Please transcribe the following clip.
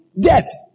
death